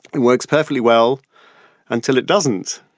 and works perfectly well until it doesn't.